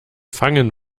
fangen